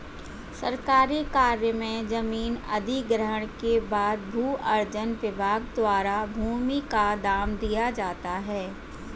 सरकारी कार्य में जमीन अधिग्रहण के बाद भू अर्जन विभाग द्वारा भूमि का दाम दिया जाता है